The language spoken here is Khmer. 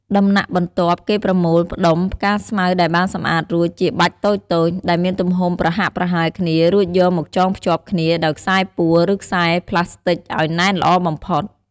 ដំណាក់បន្ទាប់គេប្រមូលផ្ដុំផ្កាស្មៅដែលបានសម្អាតរួច ជាបាច់តូចៗ ដែលមានទំហំប្រហាក់ប្រហែលគ្នារួចយកមកចងភ្ជាប់គ្នាដោយខ្សែពួរ ឬខ្សែផ្លាស្ទិចឲ្យណែនល្អបំផុត។